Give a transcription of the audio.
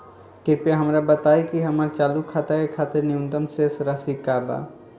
कृपया हमरा बताइ कि हमार चालू खाता के खातिर न्यूनतम शेष राशि का बा